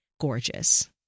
gorgeous